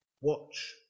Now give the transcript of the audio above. Watch